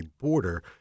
border